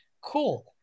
Cool